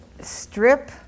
strip